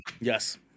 Yes